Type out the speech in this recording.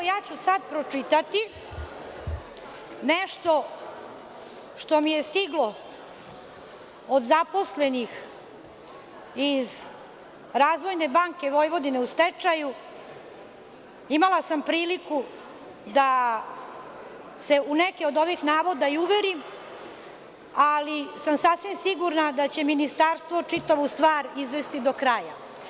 Ja ću to sada pročitati, nešto mi je stiglo od zaposlenih iz Razvojne banke Vojvodine u stečaju, jer sam imala priliku da se u neke od ovih navoda i uverim, ali sam sasvim sigurna da će ministarstvo čitavu stvar izvesti do kraja.